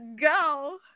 go